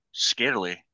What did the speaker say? scarily